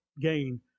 gain